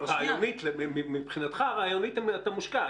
מבחינתך הרעיונית אתה מושקע.